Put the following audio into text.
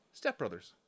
stepbrothers